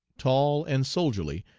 tall and soldierly,